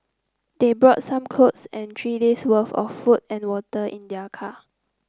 they brought some clothes and three days'worth of food and water in their car